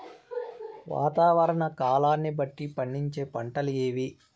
వాతావరణ కాలాన్ని బట్టి పండించే పంటలు ఏవి?